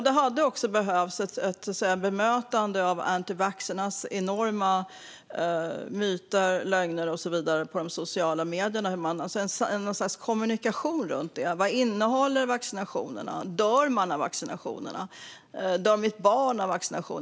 Det hade också behövts ett bemötande av antivaxxarnas enorma myter, lögner och så vidare på sociala medier och någon sorts kommunikation runt det. Vad innehåller vaccinationerna? Dör man av vaccinationerna? Dör mitt barn av vaccinationerna?